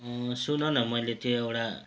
सुन न मैले त्यो एउटा